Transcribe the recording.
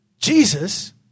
Jesus